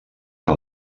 que